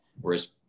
Whereas